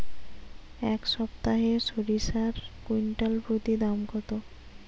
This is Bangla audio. এই সপ্তাহে সরিষার কুইন্টাল প্রতি দাম কত?